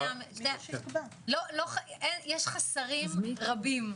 יש חסרים רבים.